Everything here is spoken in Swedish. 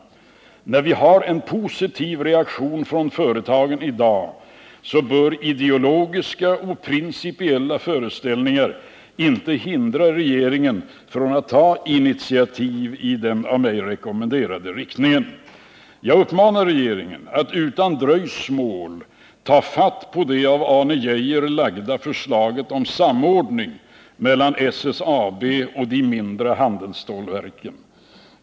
När vi har en positiv reaktion från företagen i dag, bör ideologiska och principiella föreställningar inte hindra regeringen från att ta initiativ i den av mig rekommenderade riktningen. Jag uppmanar regeringen att utan dröjsmål ta fatt på det av Arne Geijer framlagda förslaget om samordning mellan SSAB och de mindre handelsstålverken.